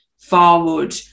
forward